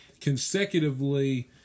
consecutively